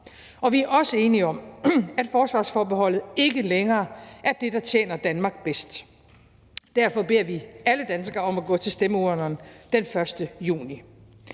og vi er også enige om, at forsvarsforbeholdet ikke længere er det, der tjener Danmark bedst. Derfor beder vi alle danskere om at gå til stemmeurnerne den 1. juni.